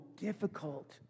difficult